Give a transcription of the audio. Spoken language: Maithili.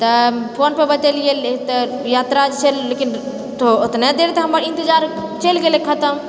तऽ फोन पर बतेलिऐ तऽ यात्रा जे छै लेकिन ओतने देर तऽ हमर ईन्तजार चलि गेलै खतम